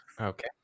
Okay